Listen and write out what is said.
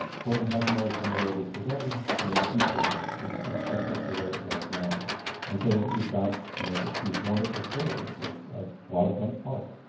portland hasn't always been the way it is today and in the future it it can't look the way it does now and so we've got you know these wonderful stories of of waterfront park,